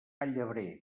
llebrer